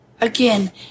Again